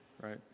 right